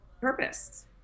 purpose